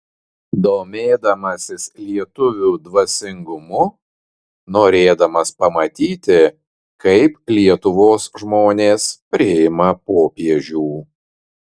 domėdamasis lietuvių dvasingumu norėdamas pamatyti kaip lietuvos žmonės priima popiežių